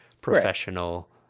professional